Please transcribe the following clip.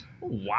Wow